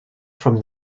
from